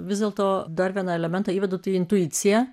vis dėlto dar vieną elementą įvedu tai intuicija